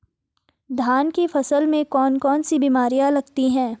धान की फसल में कौन कौन सी बीमारियां लगती हैं?